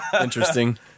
interesting